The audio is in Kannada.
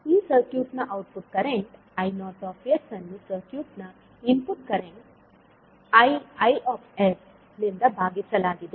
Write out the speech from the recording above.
ಈ ಸರ್ಕ್ಯೂಟ್ ನ ಔಟ್ಪುಟ್ ಕರೆಂಟ್ I0s ಅನ್ನು ಸರ್ಕ್ಯೂಟ್ನ ಇನ್ಪುಟ್ ಕರೆಂಟ್ Iis ನಿಂದ ಭಾಗಿಸಲಾಗಿದೆ